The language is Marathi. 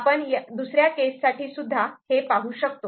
आपण दुसऱ्या केस साठी सुद्धा पाहू शकतो